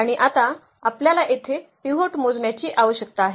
आणि आता आपल्याला येथे पिव्होट मोजण्याची आवश्यकता आहे